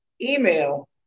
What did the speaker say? email